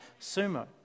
sumo